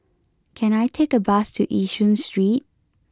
can I take a bus to Yishun Street